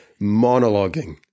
monologuing